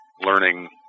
learning